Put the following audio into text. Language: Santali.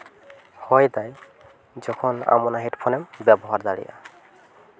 ᱦᱚᱭ ᱫᱟᱭ ᱡᱚᱠᱷᱚᱱ ᱟᱢ ᱚᱱᱟ ᱦᱮᱹᱰᱯᱷᱳᱱᱮᱢ ᱵᱮᱵᱚᱦᱟᱨ ᱫᱟᱲᱮᱭᱟᱜᱼᱟ